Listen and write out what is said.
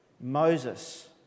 Moses